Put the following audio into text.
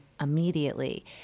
immediately